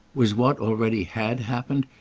was what already had happened,